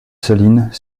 salines